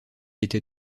était